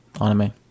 Anime